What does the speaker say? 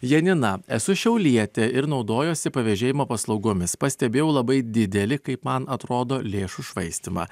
janina esu šiaulietė ir naudojuosi pavėžėjimo paslaugomis pastebėjau labai dideli kaip man atrodo lėšų švaistymą